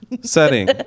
Setting